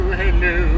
hello